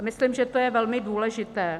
Myslím, že to je velmi důležité.